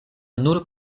nur